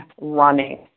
running